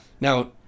Now